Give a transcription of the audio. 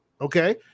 okay